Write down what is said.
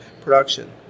production